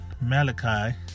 Malachi